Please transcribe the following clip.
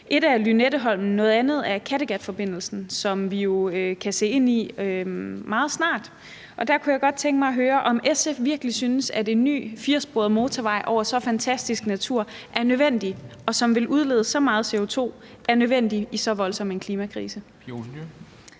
Et er Lynetteholmen, noget andet er Kattegatforbindelsen, som vi jo kan se ind i meget snart, og der kunne jeg godt tænke mig at høre, om SF virkelig synes, at en ny firesporet motorvej over så fantastisk natur, som vil udlede så meget CO2, er nødvendig i så voldsom en klimakrise.